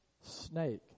snake